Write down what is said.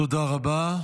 תודה רבה.